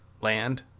Land